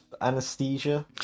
anesthesia